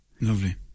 Lovely